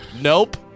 Nope